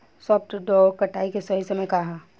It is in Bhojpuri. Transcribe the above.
सॉफ्ट डॉ कटाई के सही समय का ह?